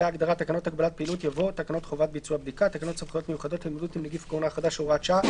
לחוק סמכויות מיוחדות להתמודדות עם נגיף הקורונה החדש (הוראת שעה),